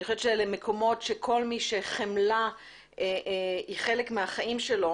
אני חושבת שאלה מקומות שכל מי שחמלה היא חלק מהחיים שלו